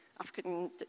African